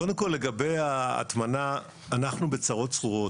קודם כול, לגבי ההטמנה, אנחנו בצרות צרורות.